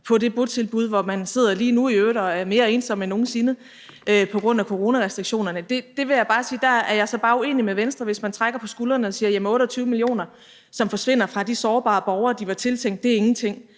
på det botilbud, hvor man sidder lige nu i øvrigt og er mere ensom end nogen sinde på grund af coronarestriktionerne. Der vil jeg bare sige, at jeg så bare er uenig med Venstre, hvis man trækker på skulderen og siger, at de 28 mio. kr., som forsvinder fra de sårbare borgere, de var tiltænkt, ingenting